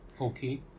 Okay